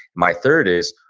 my third is,